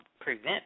prevent